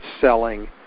selling